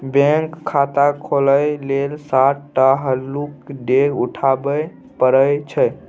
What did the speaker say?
bank खाता खोलय लेल सात टा हल्लुक डेग उठाबे परय छै